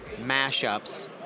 mashups